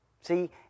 See